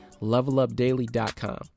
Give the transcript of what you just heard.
levelupdaily.com